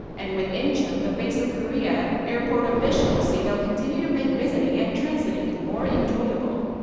and with incheon the face of korea, airport officials say they'll continue to make visiting and transiting more enjoyable.